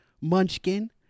munchkin